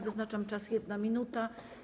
Wyznaczam czas - 1 minuta.